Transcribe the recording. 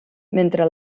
mentre